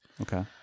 Okay